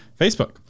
Facebook